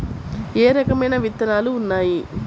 ఏ రకమైన విత్తనాలు ఉన్నాయి?